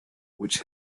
which